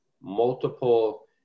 multiple